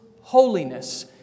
holiness